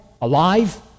Alive